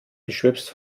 beschwipst